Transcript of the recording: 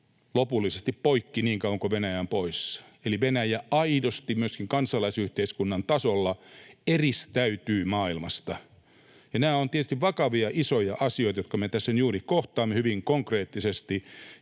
lopullisesti poikki niin kauan kuin Venäjä on poissa. Eli Venäjä aidosti myöskin kansalaisyhteiskunnan tasolla eristäytyy maailmasta, ja nämä ovat tietysti vakavia, isoja asioita, jotka me tässä juuri kohtaamme hyvin konkreettisesti,